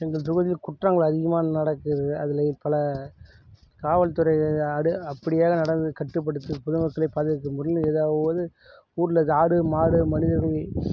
எங்கள் தொகுதியில் குற்றங்கள் அதிகமாக நடக்குது அதில் பல காவல்துறை ஆடு அப்படி ஏதா நடந்து கட்டுப்படுத்தி பொதுமக்களை பாதுகாக்க முடிய இயலாத போது ஊரில் இருக்கற ஆடு மாடு மனிதர்களை